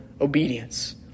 obedience